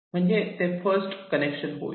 म्हणजे ते ते फर्स्ट कनेक्शन होईल